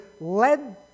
led